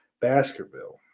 Baskerville